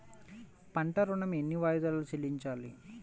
పంట ఋణం ఎన్ని వాయిదాలలో చెల్లించాలి?